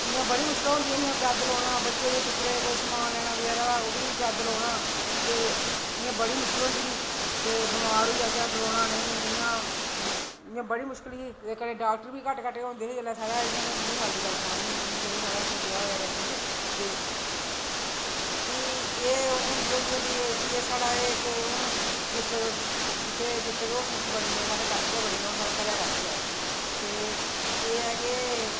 इयां बड़ी मुश्कलां होंदियाैं पैद्दल औना बच्चे बी चुक्कने समान लैना बजारा दा ओह् बी पैद्दल औना ते इयां बड़ी मुश्कल होंदी दी ही ते बमार होई जाहचै टरोना नेईं इयां बड़ी मुश्कल ही कनैं डाक्टर बी घट्ट घट्ट गै हे जिसलै इयां बीह् साल दी गल्ल सना नी में ब्याह् होआ रियासी च ते फ्ही होंदी होंदी एह् साढ़ा इक डिस्टिक हस्पिटल बनी गेई साढ़े घरे दे कश गै ते एह् ऐ कि